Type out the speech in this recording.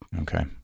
Okay